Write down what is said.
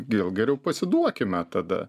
gal geriau pasiduokime tada